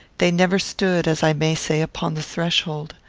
they never stood, as i may say, upon the threshold.